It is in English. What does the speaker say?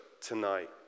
tonight